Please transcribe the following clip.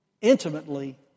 intimately